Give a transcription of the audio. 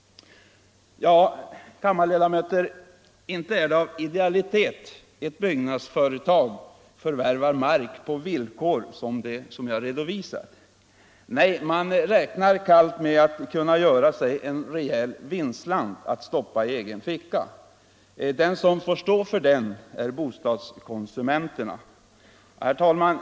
Kammarledamöter! Inte är det av idealitet ett byggnadsföretag förvärvar mark på villkor som jag redovisat. Nej, man räknar kallt med att kunna göra sig en rejäl vinstslant att stoppa i egen ficka. De som får stå för den är bostadskonsumenterna. Herr talman!